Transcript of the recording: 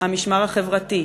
"המשמר החברתי",